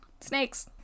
Snakes